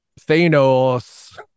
thanos